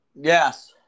Yes